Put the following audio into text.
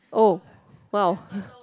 oh !wow!